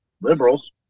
liberals